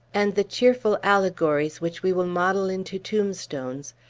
and the cheerful allegories which we will model into tombstones,